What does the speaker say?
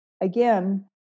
again